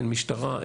אין משטרה,